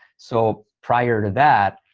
so prior to that,